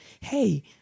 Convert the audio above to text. hey